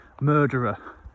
murderer